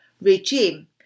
regime